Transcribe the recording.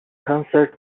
concert